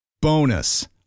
Bonus